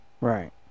right